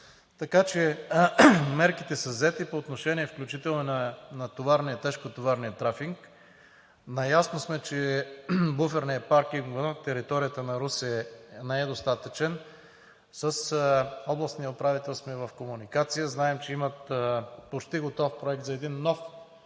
Мерките са взети по отношение на товарния и тежкотоварния трафик. Наясно сме, че буферният паркинг в територията на Русе не е достатъчен. С областния управител сме в комуникация. Знаем, че имат почти готов проект за един нов такъв